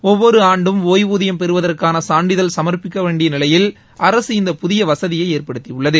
ஒவ்வொரு ஆண்டும் ஒய்வூதியம் பெறுவதற்கான சான்றிதழ் சமா்ப்பிக்கப்பட வேண்டிய நிலையில் அரசு இந்த புதிய வசதியை ஏற்படுத்தியுள்ளது